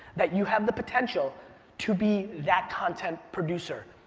that you have the potential to be that content producer.